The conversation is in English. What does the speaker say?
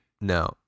no